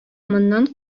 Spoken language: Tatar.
моннан